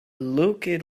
looked